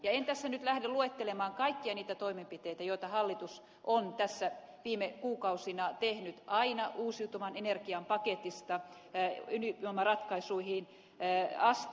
en tässä nyt lähde luettelemaan kaikkia niitä toimenpiteitä joita hallitus on tässä viime kuukausina tehnyt aina uusiutuvan energian paketista ydinvoimaratkaisuihin asti